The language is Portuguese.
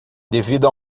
devido